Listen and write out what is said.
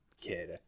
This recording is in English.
kid